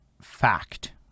fact